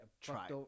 try